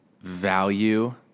value